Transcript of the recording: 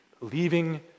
leaving